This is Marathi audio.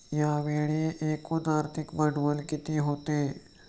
यावेळी एकूण आर्थिक भांडवल किती होते?